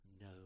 no